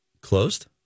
closed